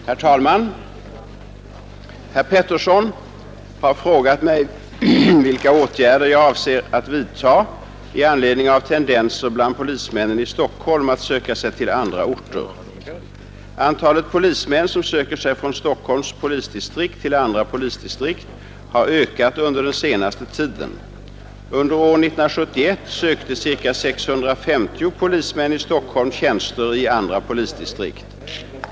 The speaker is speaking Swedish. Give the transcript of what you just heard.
Herr talman! Herr Petersson i Röstånga har frågat mig vilka åtgärder jag avser att vidta i anledning av tendenser bland polismännen i Stockholm att söka sig till andra orter. Antalet polismän som söker sig från Stockholms polisdistrikt till andra polisdistrikt har ökat under den senaste tiden. Under år 1971 sökte ca 650 polismän i Stockholm tjänster i andra polisdistrikt.